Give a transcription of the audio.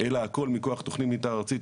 - אלא הכל מכוח תכנית מתאר ארצית,